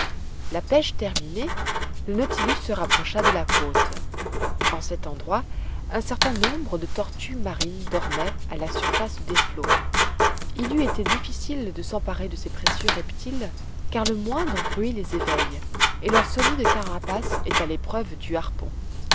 la pêche terminée le nautilus se rapprocha de la côte en cet endroit un certain nombre de tortues marines dormaient à la surface des flots il eût été difficile de s'emparer de ces précieux reptiles car le moindre bruit les éveille et leur solide carapace est à l'épreuve du harpon